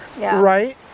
right